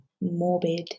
morbid